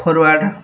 forward